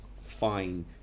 fine